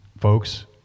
folks